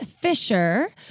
Fisher